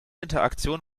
interaktion